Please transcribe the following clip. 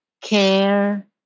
care